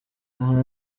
aha